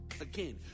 Again